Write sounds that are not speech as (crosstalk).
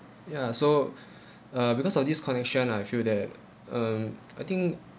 ya so (breath) uh because of this connection I feel that um I think